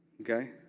Okay